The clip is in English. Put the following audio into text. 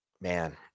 man